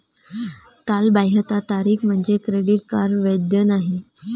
कालबाह्यता तारीख म्हणजे क्रेडिट कार्ड वैध नाही